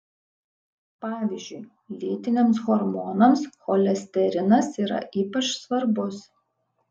pavyzdžiui lytiniams hormonams cholesterinas yra ypač svarbus